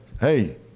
hey